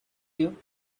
you